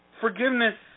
Forgiveness